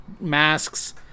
masks